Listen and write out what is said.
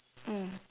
mm